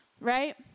right